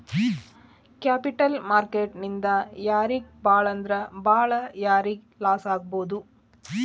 Capital market ನಿಂದಾ ಯಾರಿಗ್ ಭಾಳಂದ್ರ ಭಾಳ್ ಯಾರಿಗ್ ಲಾಸಾಗ್ಬೊದು?